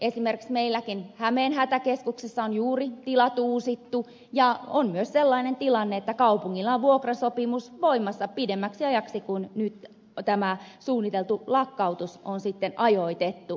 esimerkiksi meilläkin hämeen hätäkeskuksessa on juuri tilat uusittu ja on myös sellainen tilanne että kaupungilla on vuokrasopimus voimassa pidemmäksi ajaksi kuin mihin nyt tämä suunniteltu lakkautus on sitten ajoitettu